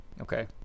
Okay